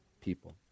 people